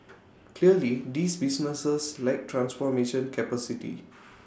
clearly these businesses lack transformation capacity